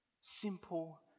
simple